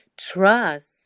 Trust